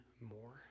more